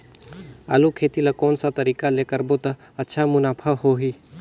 आलू खेती ला कोन सा तरीका ले करबो त अच्छा मुनाफा होही?